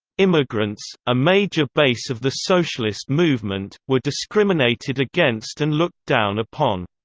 immigrants, a major base of the socialist movement, were discriminated against and looked down upon.